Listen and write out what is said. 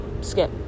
skip